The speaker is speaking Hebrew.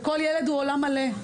וכל ילד הוא עולם מלא.